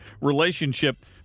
relationship